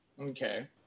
Okay